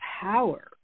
power